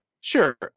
Sure